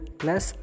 plus